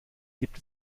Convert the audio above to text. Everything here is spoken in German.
gibt